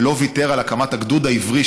ולא ויתר על הקמת הגדוד העברי,